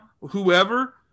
whoever